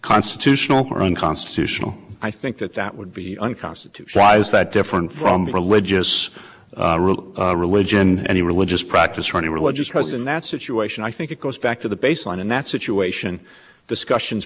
constitutional or unconstitutional i think that that would be unconstitutional eyes that different from religious rule religion any religious practice or any religious was in that situation i think it goes back to the base line in that situation discussions